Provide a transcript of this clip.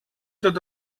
tot